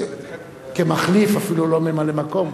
כמחליף, אפילו לא ממלא-מקום.